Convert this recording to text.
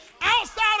outside